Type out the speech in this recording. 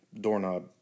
doorknob